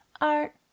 Art